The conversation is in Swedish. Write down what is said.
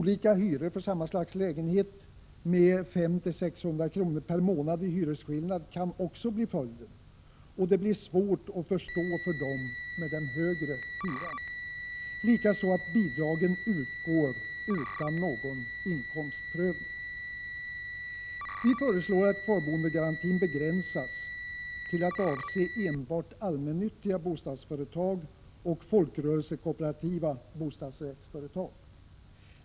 Olika hyror för samma slags lägenheter med 500-600 kr. per månad i hyresskillnad kan också bli följden. Detta blir svårt att förstå för dem med den högre hyran, likaså att bidragen utgår utan någon inkomstprövning. Vi föreslår att kvarboendegarantin begränsas till att avse enbart allmännyttiga bostadsföretag och folkrörelsekooperativa bostadsrättsföretag.